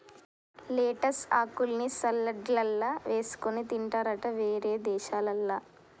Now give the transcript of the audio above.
lettuce ఆకుల్ని సలాడ్లల్ల వేసుకొని తింటారట వేరే దేశాలల్ల